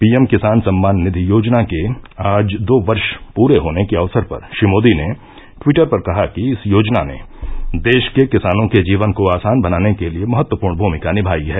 PM किसान सम्मान निधि योजना के आज दो वर्ष पूरे होने के अक्सर पर श्री मोदी ने टविटर पर कहा कि इस योजना ने देश के किसानों के जीवन को आसान बनाने के लिए महत्वपूर्ण भूमिका निभाई है